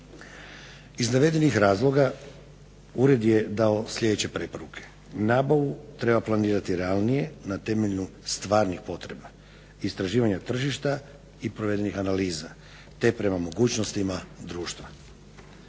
Iz navedenih razloga ured je dao sljedeće preporuke, nabavu treba planirati realnije na temelju stvarnih potreba istraživanja tržišta i provedenih analiza te prema mogućnostima društva.